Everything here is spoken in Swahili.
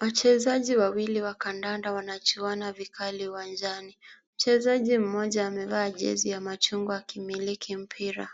Wachezaji wawili wa kandanda wanachuana vikali uwanjani. Mchezaji mmoja amevaa jezi ya machungwa akimiliki mpira,